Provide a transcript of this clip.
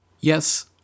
Yes